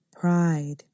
pride